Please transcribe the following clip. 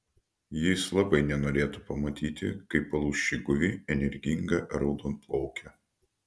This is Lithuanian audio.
jis labai nenorėtų pamatyti kaip palūš ši guvi energinga raudonplaukė